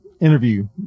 interview